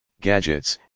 gadgets